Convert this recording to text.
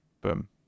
Boom